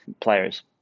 players